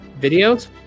videos